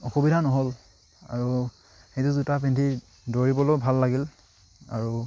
অসুবিধা নহ'ল আৰু সেইযোৰ জোতা পিন্ধি দৌৰিবলৈয়ো ভাল লাগিল আৰু